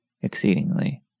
exceedingly